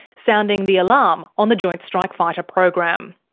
sounding the alarm on the joint strike fighter program.